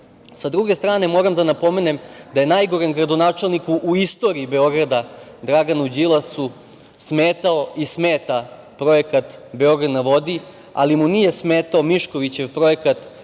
druge strane, moram da napomenem da je najgorem gradonačelniku u istoriji Beograda, Draganu Đilasu, smetao i smeta projekat "Beograd na vodi", ali mu nije smetao Miškovićev projekat